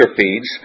feeds